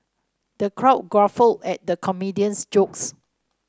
the crowd guffawed at the comedian's jokes